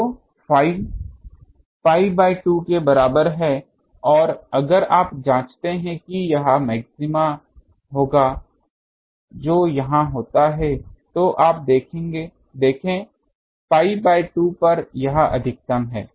तो phi pi by 2 के बराबर है और अगर आप जाँचते हैं कि यह मैक्सिमा होगा जो यहाँ होता है तो आप देखें pi बाय 2 पर यह अधिकतम है